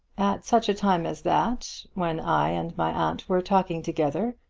at such a time as that, when i and my aunt were talking together,